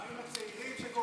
מה עם הצעירים שקורסים,